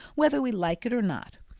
whether we like it or not.